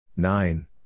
Nine